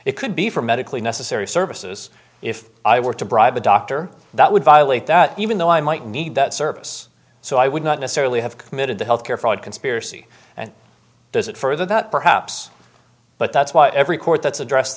it could be for medically necessary services if i were to bribe a doctor that would violate that even though i might need that service so i would not necessarily have committed the health care fraud conspiracy and does it further that perhaps but that's why every court that's address